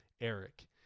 Eric